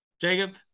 Jacob